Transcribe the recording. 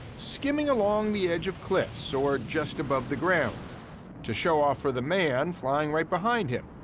skimming along the edge of cliffs or just above the ground to show off for the man flying right behind him,